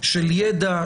של ידע,